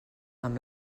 amb